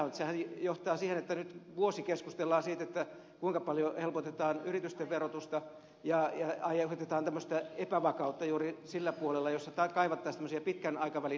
sehän johtaa siihen että nyt vuosi keskustellaan siitä kuinka paljon helpotetaan yritysten verotusta ja aiheutetaan tämmöistä epävakautta juuri sillä puolella jolla kaivattaisiin tämmöisiä pitkän aikavälin näkymiä